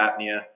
apnea